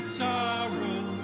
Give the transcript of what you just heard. sorrow